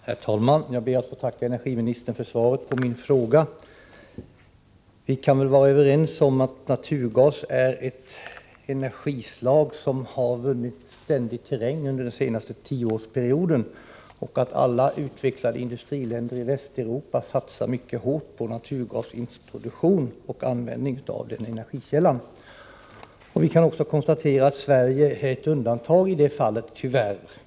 Herr talman! Jag ber att få tacka energiministern för svaret på min fråga. Vi kan väl vara överens om att naturgas är ett energislag som har vunnit ständigt ökad terräng under den senaste tioårsperioden och att alla utvecklade industriländer i Västeuropa satsar mycket hårt på naturgasintroduktion och användning av den energikällan. Vi kan också konstatera att Sverige är ett undantag i det fallet, tyvärr.